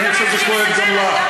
אם כבר אדוני מדבר,